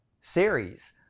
series